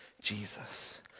Jesus